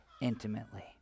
intimately